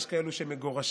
יש כאלה שמגורשים,